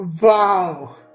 Wow